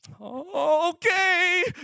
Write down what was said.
okay